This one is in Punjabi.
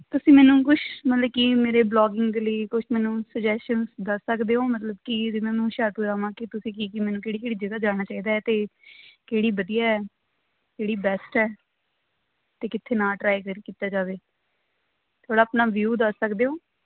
ਤੁਸੀਂ ਮੈਨੂੰ ਕੁਛ ਮਤਲਬ ਕਿ ਮੇਰੇ ਵਲੋਗ ਨੂੰ ਦੇ ਲਈ ਕੁਛ ਮੈਨੂੰ ਸੁਜੈਸ਼ਨਸ ਦੱਸ ਸਕਦੇ ਹੋ ਮਤਲਬ ਕਿ ਜਿਹਨਾਂ ਨੂੰ ਹੁਸ਼ਿਆਰਪੁਰ ਆਵਾਂ ਕਿ ਤੁਸੀਂ ਕੀ ਕੀ ਮੈਨੂੰ ਕਿਹੜੀ ਕਿਹੜੀ ਜਗ੍ਹਾ ਜਾਣਾ ਚਾਹੀਦਾ ਅਤੇ ਕਿਹੜੀ ਵਧੀਆ ਹੈ ਕਿਹੜੀ ਬੈਸਟ ਹੈ ਅਤੇ ਕਿੱਥੇ ਨਾ ਟ੍ਰਾਈ ਕਰ ਕੀਤਾ ਜਾਵੇ ਥੋੜ੍ਹਾ ਆਪਣਾ ਵਿਊ ਦੱਸ ਸਕਦੇ ਹੋ